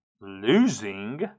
losing